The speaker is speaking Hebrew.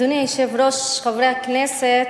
אדוני היושב-ראש, חברי הכנסת,